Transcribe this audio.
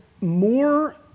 more